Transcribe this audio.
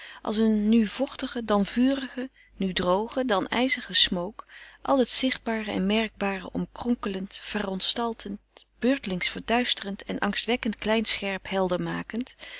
als een nu vochtige dan vurige nu droge dan ijzige smook al het zichtbare en merkbare omkronkelend verontstaltend beurtelings verduisterend en angstwekkend klein scherpheldermakend